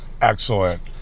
excellent